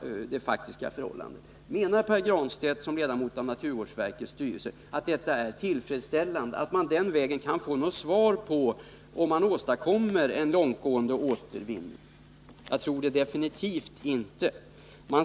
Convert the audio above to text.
Det är alltså det faktiska förhållandet. Menar Pär Granstedt, som ledamot av naturvårdsverkets styrelse, att detta är tillfredsställande, att man den vägen kan få svar på frågan om det är möjligt att åstadkomma en långtgående återvinning? Jag tror definitivt inte det.